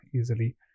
easily